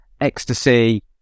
ecstasy